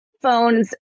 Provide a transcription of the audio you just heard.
phones